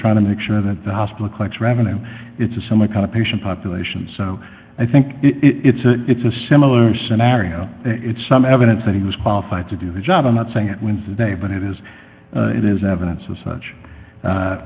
trying to make sure that the hospital collects revenue it's a sum a kind of patient population so i think it's a it's a similar scenario it's some evidence that he was qualified to do the job i'm not saying it was a day but it is it is evidence of such